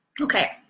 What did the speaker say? Okay